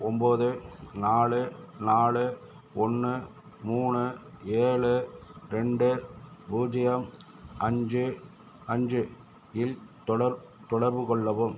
ஒம்போது நாலு நாலு ஒன்று மூணு ஏழு ரெண்டு பூஜ்ஜியம் அஞ்சு அஞ்சு இல் தொடர் தொடர்பு கொள்ளவும்